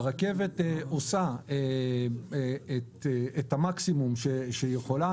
הרכבת עושה את המקסימום שהיא יכולה.